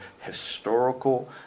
historical